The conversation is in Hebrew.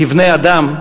כבני-אדם,